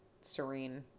serene